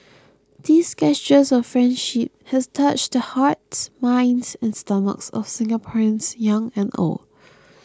these gestures of friendship has touched the hearts minds and stomachs of Singaporeans young and old